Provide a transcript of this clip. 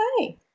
okay